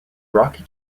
rocky